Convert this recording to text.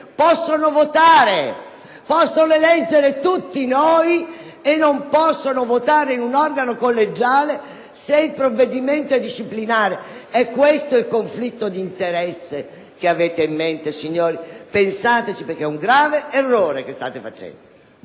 possono votare, eleggere tutti noi e non possono votare in un organo collegiale se il provvedimento è disciplinare? È questo il conflitto d'interesse che avete in mente, signori? Pensateci, perché è un grande errore quello che state facendo!